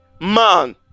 man